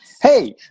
hey